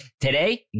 Today